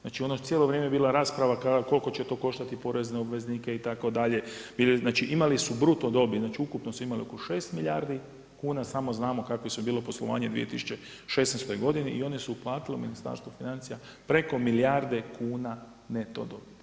Znači ono je cijelo vrijeme bila rasprava koliko će to koštati porezne obveznike itd., znači imali su bruto dobit, znači ukupno su imali oko 6 milijardi kuna, samo znamo kakvo je sve bilo poslovanje u 2016. godini i onda se uplatilo u Ministarstvo financija preko milijarde kuna neto dobiti.